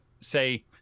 say